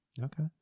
Okay